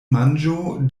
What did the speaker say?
manĝo